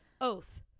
oath